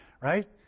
right